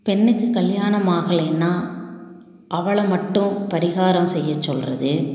பெண்ணுக்கு கல்யாணம் ஆகலேன்னா அவளை மட்டும் பரிகாரம் செய்யச் சொல்லுறது